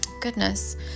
Goodness